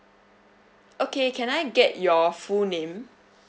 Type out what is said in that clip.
okay can I get your full name